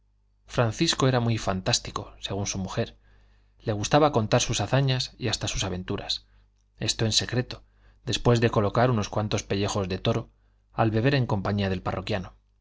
francisco era muy fantástico según su mujer le gustaba contar sus hazañas y hasta sus aventuras esto en secreto después de colocar unos cuantos pellejos de toro al beber en compañía del parroquiano